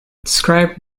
describe